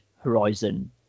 Horizon